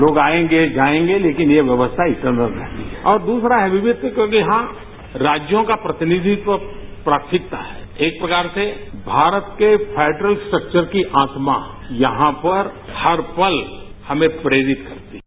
लोग आएंगे जाएंगे लेकिन ये व्यक्स्था इंटरनल होगी और दूसरा है विकिता क्योंकि यहां राज्यों का प्रतिनिधित्व प्राथमिकता है एक प्रकार से भारत के फेडरल स्ट्रक्वर की आत्मा यहां पर हर पल हमें प्रोरित करती है